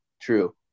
true